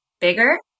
bigger